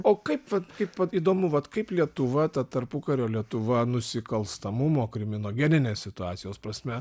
o kaip vat kaip vat įdomu vat kaip lietuva ta tarpukario lietuva nusikalstamumo kriminogeninės situacijos prasme